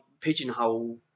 pigeonhole